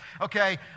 Okay